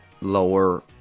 lower